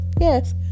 Yes